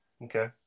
Okay